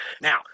Now